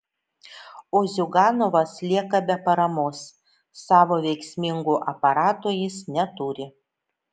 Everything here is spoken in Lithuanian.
o ziuganovas lieka be paramos savo veiksmingo aparato jis neturi